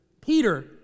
Peter